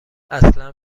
اصلا